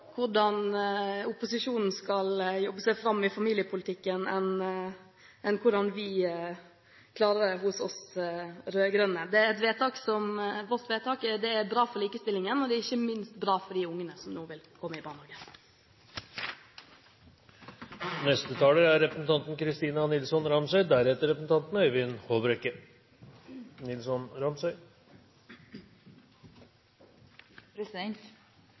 hvordan opposisjonen skal jobbe seg fram i familiepolitikken enn på hvordan vi klarer det hos oss rød-grønne. Vårt vedtak er bra for likestillingen, og det er ikke minst bra for de ungene som nå vil komme i barnehagen. Saken vi skal behandle her i dag, er